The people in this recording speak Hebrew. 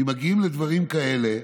ודברים כאלה,